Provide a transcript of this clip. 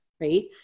right